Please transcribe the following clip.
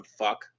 fuck